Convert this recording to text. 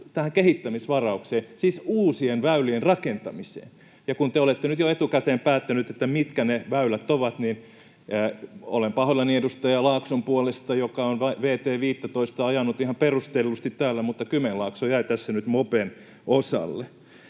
kehittämisvaraukseen, siis uusien väylien rakentamiseen? Ja kun te olette nyt jo etukäteen päättänyt, mitkä ne väylät ovat, niin olen pahoillani edustaja Laakson puolesta, joka on vt 15:ttä ajanut ihan perustellusti täällä, mutta Kymenlaakso jäi tässä nyt mopen osalle.